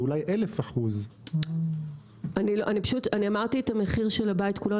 זה אולי 1,000%. אמרתי את מחיר הבית כולו.